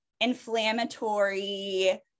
inflammatory